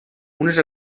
unes